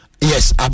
yes